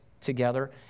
together